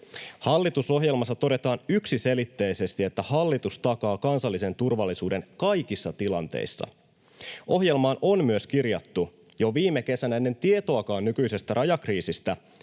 Hallitusohjelmassa todetaan yksiselitteisesti, että hallitus takaa kansallisen turvallisuuden kaikissa tilanteissa. Ohjelmaan on myös kirjattu jo viime kesänä, ennen kuin oli tietoakaan nykyisestä rajakriisistä,